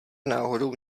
náhodou